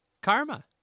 Karma